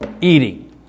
eating